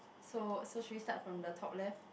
so so should we start from the top left